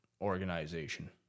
organization